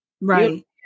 Right